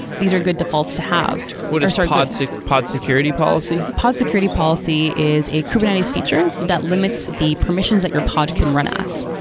these are good defaults to have what is so pod so pod security policy? pod security policy is a kubernetes feature that limits the permissions that your pod can run ah as.